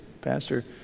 Pastor